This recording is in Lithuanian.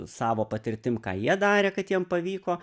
savo patirtim ką jie darė kad jam pavyko